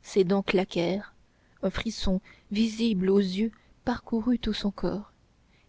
ses dents claquèrent un frisson visible aux yeux parcourut tout son corps